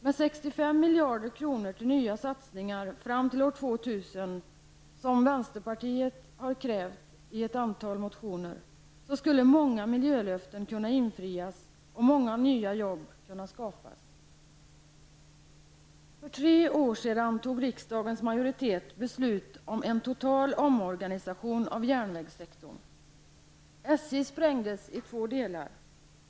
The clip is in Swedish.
Med 65 miljarder kronor till nya satsningar fram till år 2000 -- som vänsterpartiet krävt i ett antal motioner -- skulle många miljölöften kunna infrias och många nya jobb kunna skapas. sprängdes i två delar.